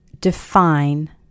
define